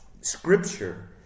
scripture